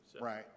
Right